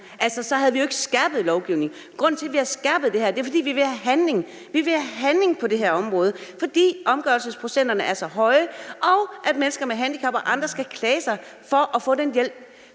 altså så havde vi jo ikke skærpet lovgivningen. Grunden til, at vi har skærpet det her, er, at vi vil have handling; vi vil have handling på det her område, fordi omgørelsesprocenterne er så høje, og fordi mennesker med handicap og andre skal klage sig til at få den hjælp